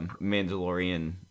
Mandalorian